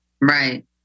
Right